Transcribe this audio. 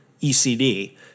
ECD